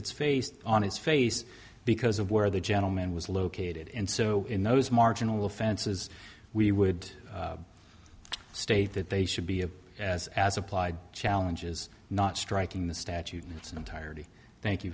it's face on his face because of where the gentleman was located and so in those marginal offenses we would state that they should be of as as applied challenges not striking the statute it's entirety thank you